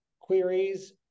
queries